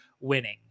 winning